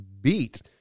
beat